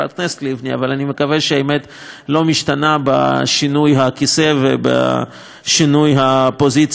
אבל אני מקווה שהאמת לא משתנה בשינוי הכיסא ובשינוי הפוזיציה הפוליטית.